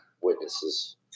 witnesses